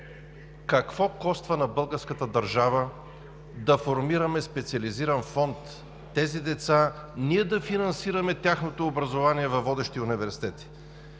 Какво коства на българската държава да формираме специализиран фонд за тези деца, да финансираме тяхното образование във водещи университети?